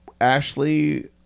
Ashley